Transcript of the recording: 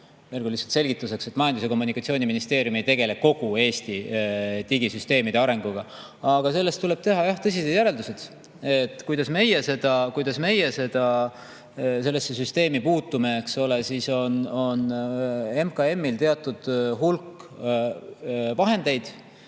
kord lihtsalt selgituseks: Majandus- ja Kommunikatsiooniministeerium ei tegele kogu Eesti digisüsteemide arenguga. Aga sellest tuleb teha tõsiseid järeldusi. Kuidas meie sellesse süsteemi puutume? MKM-il on teatud hulk vahendeid,